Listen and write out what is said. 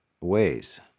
ways